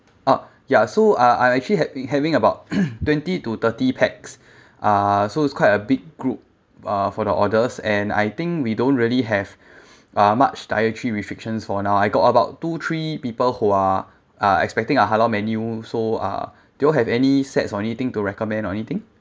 oh ya so I I actually had been having about twenty to thirty pax uh so it's quite a big group uh for the orders and I think we don't really have uh much dietary restrictions for now I got about two three people who are uh expecting a halal menu so uh do you all have any sets or anything to recommend or anything